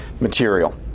material